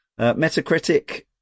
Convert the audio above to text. Metacritic